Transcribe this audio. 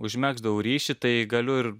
užmegzdavau ryšį tai galiu ir